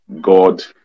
God